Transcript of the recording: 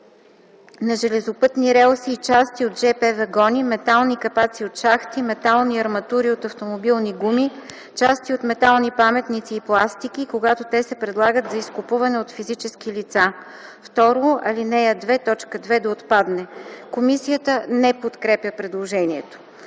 на железопътни релси и части от ЖП вагони, метални капаци от части, метални арматури от автомобилни гуми, части от метални паметници и пластики, когато те се предлагат за изкупуване от физически лица. 2. Алинея 2, т. 2 да отпадне.” Комисията не подкрепя предложението.